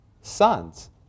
sons